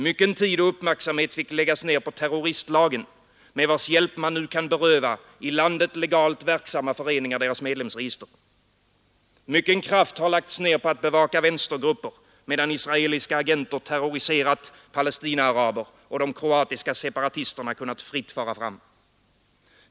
Mycken tid och uppmärksamhet fick läggas ner på terroristlagen, med vars hjälp man nu kan beröva i landet legalt verksamma föreningar deras medlemsregister. Mycken kraft har lagts ner på att bevaka vänstergrupper, medan israeliska agenter terroriserat palestinaaraber och de kroatiska separatisterna kunnat fritt fara fram.